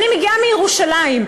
אני מגיעה מירושלים.